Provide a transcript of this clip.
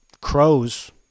crows